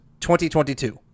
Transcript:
2022